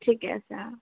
ঠিকে আছে অঁ